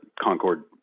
Concord